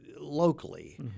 locally